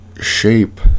shape